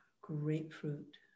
grapefruit